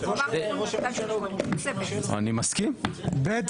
רגע, ב'